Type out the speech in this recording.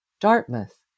Dartmouth